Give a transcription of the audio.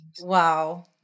Wow